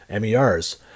MERS